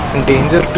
endanger